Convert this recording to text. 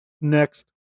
Next